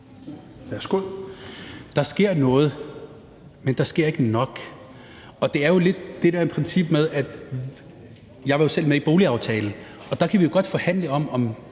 Der sker noget, men der sker ikke nok. Jeg var selv med i boligaftalen, og der kan vi jo godt forhandle om,